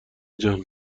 جان